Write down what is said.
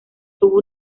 tuvo